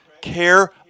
care